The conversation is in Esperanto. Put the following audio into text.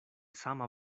sama